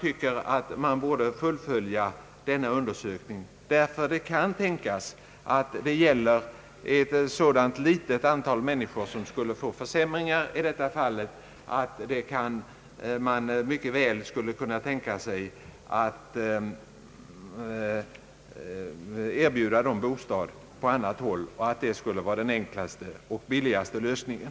Undersökningen bör dock fullföljas därför att det kan tänkas att ett så litet antal människor skulle få försämringar i detta fall, att de mycket väl skulle kunna erbjudas bostad på annat håll. Detta skulle sannolikt vara den enklaste och billigaste lösningen.